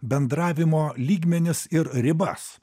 bendravimo lygmenis ir ribas